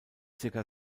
circa